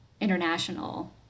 international